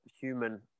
human